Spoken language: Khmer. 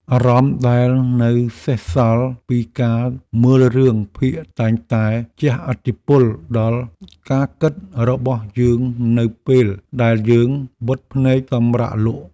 អារម្មណ៍ដែលនៅសេសសល់ពីការមើលរឿងភាគតែងតែជះឥទ្ធិពលដល់ការគិតរបស់យើងនៅពេលដែលយើងបិទភ្នែកសម្រាកលក់។